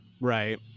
Right